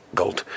gold